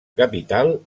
capital